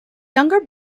younger